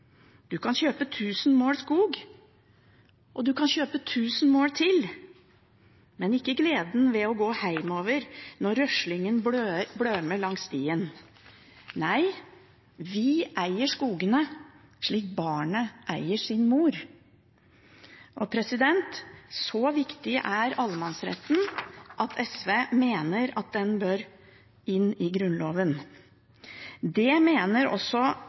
kan kjøpe tusen mål skog og tusen mål til, men ikke gleden ved å gå heimover når røslyngen blømmer langs stien – Nei, vi eier skogene, slik barnet eier si mor.» Så viktig er allemannsretten at SV mener den bør inn i Grunnloven. Det mener også